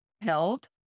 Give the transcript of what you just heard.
held